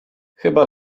chyba